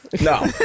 No